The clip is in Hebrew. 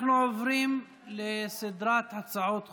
אנחנו עוברים לסדרת הצעות חוק.